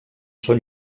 són